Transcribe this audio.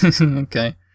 Okay